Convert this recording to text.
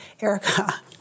Erica